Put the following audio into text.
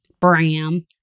Bram